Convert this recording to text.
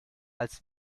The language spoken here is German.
als